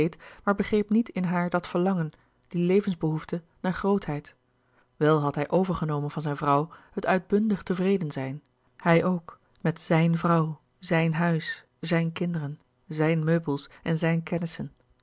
maar begreep niet in haar dat verlangen die levensbehoefte naar grootheid wel had hij overgenomen van zijne vrouw het uitbundig tevreden zijn hij ook met z i j n